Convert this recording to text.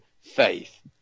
faith